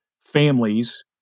families